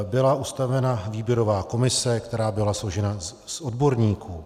Byla ustavena výběrová komise, která byla složena z odborníků.